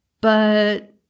But